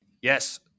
Yes